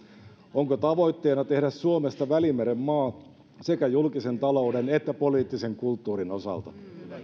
onko tavoitteena tehdä suomesta välimeren maa sekä julkisen talouden että poliittisen kulttuurin osalta